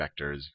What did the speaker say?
vectors